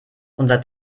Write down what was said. unser